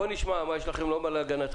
בואו נשמע מה יש לכם לומר להגנתכם.